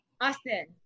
Austin